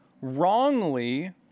wrongly